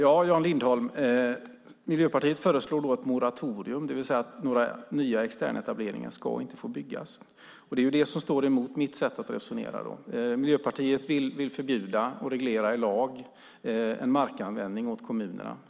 Fru talman! Miljöpartiet föreslår ett moratorium, Jan Lindholm, det vill säga att några nya externetableringar inte ska få göras. Det är det som står emot mitt sätt att resonera. Miljöpartiet vill förbjuda och reglera kommunernas markanvändning i lag.